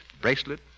bracelet